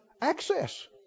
access